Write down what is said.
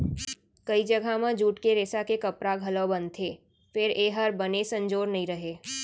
कइ जघा म जूट के रेसा के कपड़ा घलौ बनथे फेर ए हर बने संजोर नइ रहय